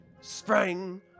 Sprang